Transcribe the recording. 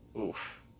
Oof